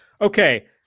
okay